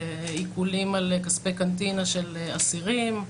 עיקולים על כספי קנטינה של אסירים,